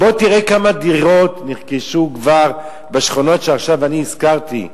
בוא תראה כמה דירות נרכשו כבר בשכונות שעכשיו אני הזכרתי.